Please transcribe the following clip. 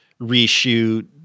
reshoot